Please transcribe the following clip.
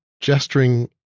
gesturing